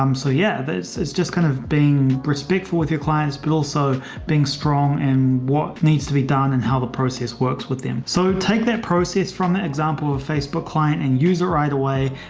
um so, yeah, this is just kind of being respectful with your clients, but also being strong and what needs to be done and how the process works with them. so take their process from the example of facebook client and user right away.